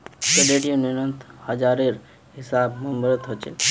credit यूनियनत हजारेर हिसाबे मेम्बर हछेक